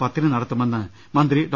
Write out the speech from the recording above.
പത്തിന് നടത്തുമെന്ന് മന്ത്രി ഡോ